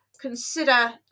consider